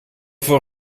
voor